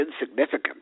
insignificant